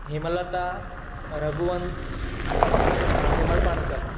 Hemlata Raghuvant Hemalpankar